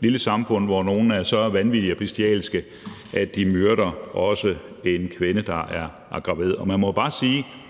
lille samfund, hvor nogle er så vanvittige og bestialske, at de myrder også en kvinde, der er gravid.